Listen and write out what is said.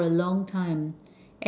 for a long time